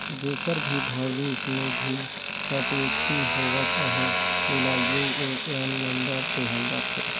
जेकर भी भविस निधि कटउती होवत अहे तेला यू.ए.एन नंबर देहल जाथे